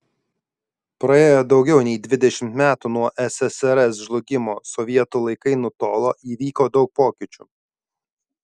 praėjo daugiau nei dvidešimt metų nuo ssrs žlugimo sovietų laikai nutolo įvyko daug pokyčių